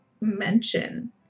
mention